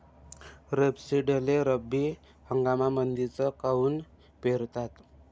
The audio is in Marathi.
रेपसीडले रब्बी हंगामामंदीच काऊन पेरतात?